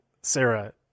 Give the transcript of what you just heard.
Sarah